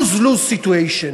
lose-lose situation.